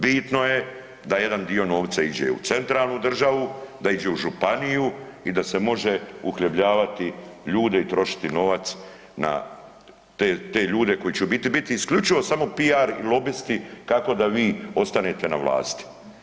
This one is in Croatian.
Bitno je da jedan dio novca iđe u centralnu državu, da ide u županiju i da se može uhljebljavati ljude i trošiti novac na te ljude koji će u biti, biti isključivo PR i lobisti kako da vi ostanete na vlasti.